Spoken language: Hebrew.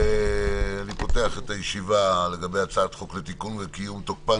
אני פותח את הישיבה בהצעת חוק לתיקון וקיום תוקפן